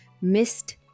missed